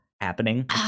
happening